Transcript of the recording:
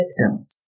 victims